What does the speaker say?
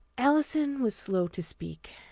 alison was slow to speak.